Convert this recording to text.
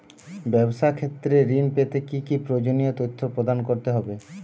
ব্যাবসা ক্ষেত্রে ঋণ পেতে কি কি প্রয়োজনীয় তথ্য প্রদান করতে হবে?